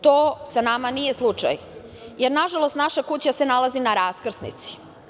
To sa nama nije slučaj, jer nažalost naša kuća se nalazi na raskrsnici.